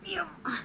you ah